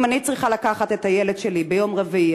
אם אני צריכה לקחת את הילד שלי ביום רביעי,